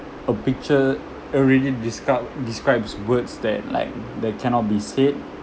a picture already describe describes words that like that cannot be said